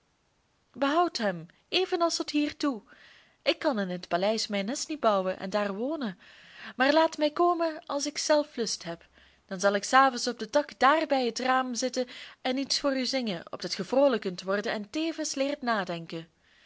behoud hem evenals tot hiertoe ik kan in het paleis mijn nest niet bouwen en daar wonen maar laat mij komen als ik zelf lust heb dan zal ik s avonds op den tak daar bij het raam zitten en iets voor u zingen opdat ge vroolijk kunt worden en tevens leert nadenken